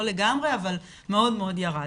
לא לגמרי, אבל מאוד מאוד ירד.